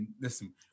Listen